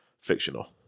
fictional